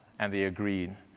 and they agreed.